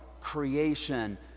Creation